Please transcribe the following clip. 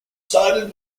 sided